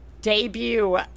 debut